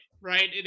right